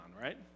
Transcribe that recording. right